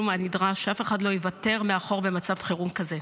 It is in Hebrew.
הנדרש כדי שאף אחד לא ייוותר מאחור במצב חירום כזה.